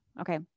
Okay